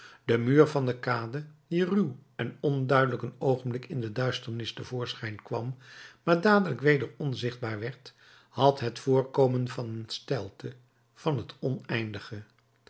de muur van de kade die ruw en onduidelijk een oogenblik in de duisternis te voorschijn kwam maar dadelijk weder onzichtbaar werd had het voorkomen van een steilte van het oneindige